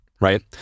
right